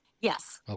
Yes